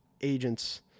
agents